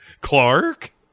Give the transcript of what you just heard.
Clark